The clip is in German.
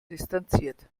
distanziert